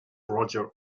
roger